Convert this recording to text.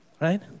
Right